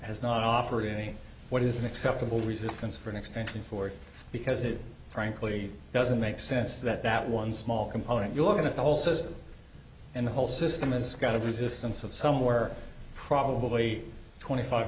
has not offering what is an acceptable resistance for an extension for it because it frankly doesn't make sense that that one small component you look at the whole system and the whole system is got a resistance of somewhere probably twenty five